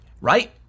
right